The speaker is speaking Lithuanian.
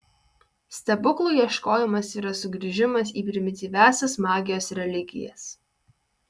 stebuklų ieškojimas yra sugrįžimas į primityviąsias magijos religijas